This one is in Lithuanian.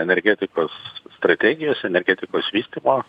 energetikos strategijos energetikos vystymo